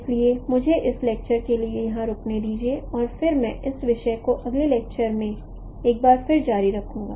इसलिए मुझे इस लेक्चर के लिए यहाँ रुकने दीजिए और फिर मैं इस विषय को अगले लेक्चर में एक बार फिर जारी रखूँगा